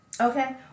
okay